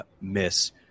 miss